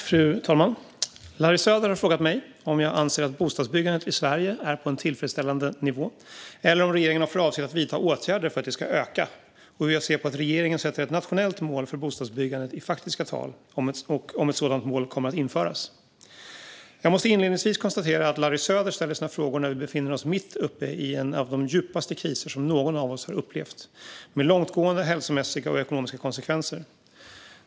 Fru talman! har frågat mig om jag anser att bostadsbyggandet i Sverige är på en tillfredsställande nivå eller om regeringen har för avsikt att vidta åtgärder för att det ska öka, hur jag ser på att regeringen sätter ett nationellt mål för bostadsbyggandet i faktiska tal och om ett sådant mål kommer att införas. Jag måste inledningsvis konstatera att Larry Söder ställer sina frågor när vi befinner oss mitt uppe i en av de djupaste kriser som någon av oss har upplevt, med långtgående hälsomässiga och ekonomiska konsekvenser.